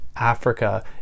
Africa